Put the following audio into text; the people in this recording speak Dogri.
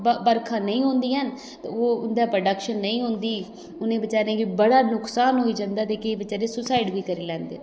बरखा नेईं होंदी ऐ ते उं'दा प्रोडक्शन नेईं होंदी उ'नें बचारें गी बड़ा नुक्सान होई जंदा ते केईं बचारे सुसाइड बी करी लैंदे न